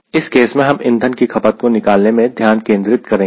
इस केस में हम इंधन की खपत को निकालने में ध्यान केंद्रित करेंगे